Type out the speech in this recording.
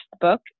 book